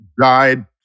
died